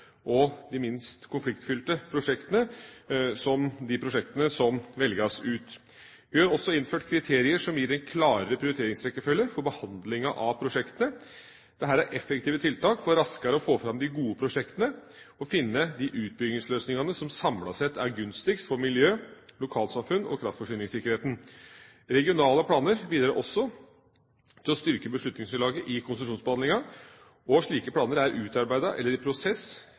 minst konfliktfylte prosjektene velges ut. Vi har også innført kriterier som gir en klarere prioriteringsrekkefølge for behandlinga av prosjektene. Dette er effektive tiltak for raskere å få fram de gode prosjektene og finne de utbyggingsløsningene som samlet sett er gunstigst for miljø, lokalsamfunn og kraftforsyningssikkerheten. Regionale planer bidrar også til å styrke beslutningsgrunnlaget i konsesjonsbehandlinga, og slike planer er utarbeidet eller er i prosess